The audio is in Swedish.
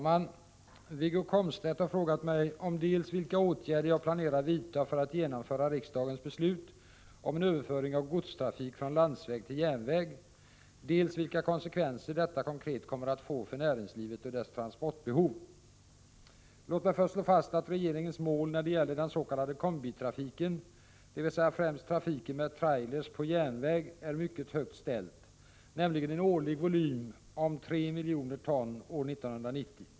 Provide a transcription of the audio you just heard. Herr talman! Wiggo Komstedt har frågat mig om dels vilka åtgärder jag planerar vidta för att genomföra riksdagens beslut om en överföring av godstrafik från landsväg till järnväg, dels vilka konsekvenser detta konkret kommer att få för näringslivet och dess transportbehov. Låt mig först slå fast att regeringens mål när det gäller den s.k. kombitrafiken, dvs. främst trafiken med trailers på järnväg, är mycket högt ställt — nämligen en årlig volym om 3 miljoner ton år 1990.